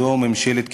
זו ממשלת כישלון,